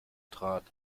trat